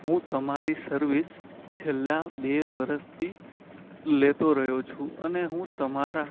હું તમારી સર્વિસ છેલ્લાં બે વર્ષથી લેતો રહ્યો છું અને હું તમારા